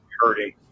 hurting